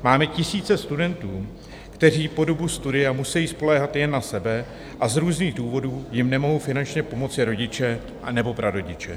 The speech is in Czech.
Máme tisíce studentů, kteří po dobu studia musejí spoléhat jen na sebe a z různých důvodů jim nemohou finančně pomoci rodiče anebo prarodiče.